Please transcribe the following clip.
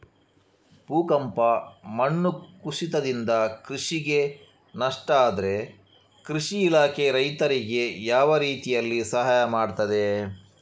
ಭೂಕಂಪ, ಮಣ್ಣು ಕುಸಿತದಿಂದ ಕೃಷಿಗೆ ನಷ್ಟ ಆದ್ರೆ ಕೃಷಿ ಇಲಾಖೆ ರೈತರಿಗೆ ಯಾವ ರೀತಿಯಲ್ಲಿ ಸಹಾಯ ಮಾಡ್ತದೆ?